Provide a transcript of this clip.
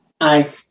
aye